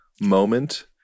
moment